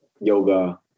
yoga